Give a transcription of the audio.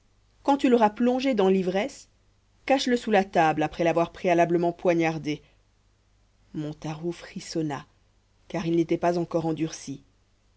quand tu l'auras plongé dans l'ivresse cache le sous la table après l'avoir préalablement poignardé montaroux frissonna car il n'était pas encore endurci